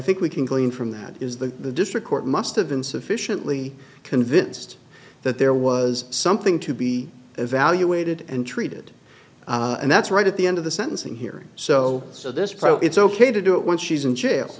think we can glean from that is the district court must have been sufficiently convinced that there was something to be you waited and treated and that's right at the end of the sentencing hearing so so this pro it's ok to do it once she's in jail